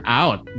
out